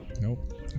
Nope